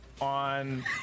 on